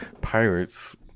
Pirates